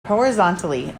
horizontally